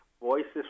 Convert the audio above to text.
voices